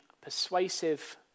persuasive